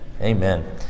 Amen